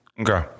Okay